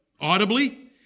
audibly